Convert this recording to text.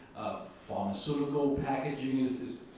false pseudical packaging instances,